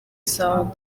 sound